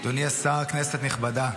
אדוני השר, כנסת נכבדה,